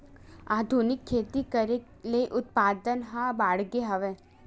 आधुनिक खेती करे ले उत्पादन ह बाड़गे हवय